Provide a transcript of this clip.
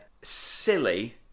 silly